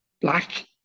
black